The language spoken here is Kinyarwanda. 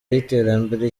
y’iterambere